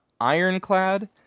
ironclad